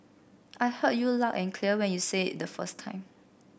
I heard you loud and clear when you said it the first time